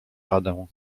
radę